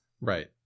Right